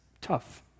tough